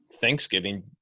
Thanksgiving